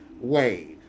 wave